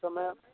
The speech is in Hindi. तो मैं